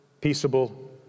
peaceable